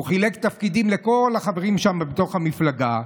הוא חילק תפקידים לכל החברים שם בתוך המפלגה,